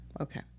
okay